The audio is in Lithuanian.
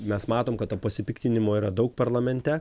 mes matom kad ten pasipiktinimo yra daug parlamente